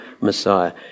Messiah